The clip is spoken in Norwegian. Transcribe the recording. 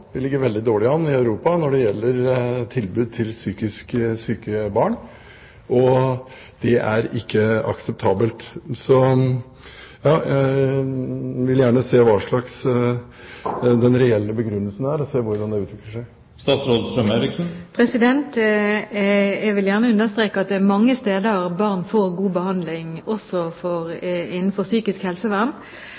ligger veldig dårlig an i Europa når det gjelder tilbud til psykisk syke barn, og det er ikke akseptabelt. Jeg vil gjerne se hva den reelle begrunnelsen er, og se hvordan det utvikler seg. Jeg vil gjerne understreke at det er mange steder barn får god behandling, også